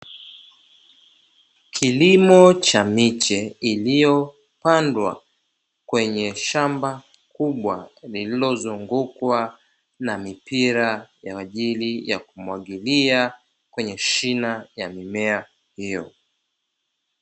Kilimo cha miche iliyopandwa kwenye shamba kubwa lilozungukwa na mipira kwaajili ya kumwagilia kwenye shina la mimea inayopatikana kwenye shamba hilo